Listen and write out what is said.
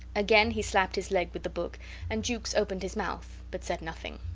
again he slapped his leg with the book and jukes opened his mouth, but said nothing.